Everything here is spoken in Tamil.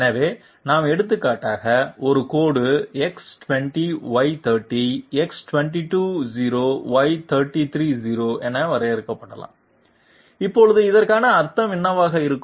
எனவே நாம்எடுத்துக்காட்டாக ஒரு கோடு X20Y30 X220Y330 என வரையறுக்கப்படலாம் இப்போது அதற்கான அர்த்தம் என்னவாக இருக்கும்